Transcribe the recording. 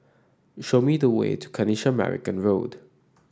show me the way to Kanisha Marican Road